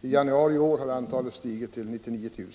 I januari i år hade antalet stigit till 99 000.